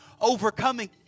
overcoming